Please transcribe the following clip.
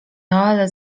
noel